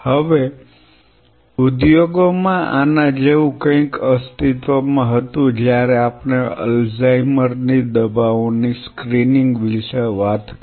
હવે ઉદ્યોગો માં આના જેવું કંઈક અસ્તિત્વમાં હતું જ્યારે આપણે અલ્ઝાઇમર ની દવાઓની સ્ક્રીનીંગ વિશે વાત કરી